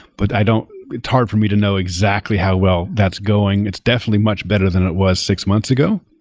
but i don't it's hard for me to know exactly how well that's going. it's definitely much better than it was six months ago,